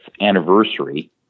anniversary